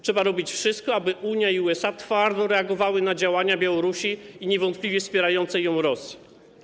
Trzeba robić wszystko, aby Unia i USA twardo reagowały na działania Białorusi i niewątpliwie wspierającej ją Rosji.